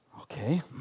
okay